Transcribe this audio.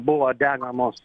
buvo degamos